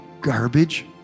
garbage